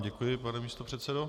Děkuji vám, pane místopředsedo.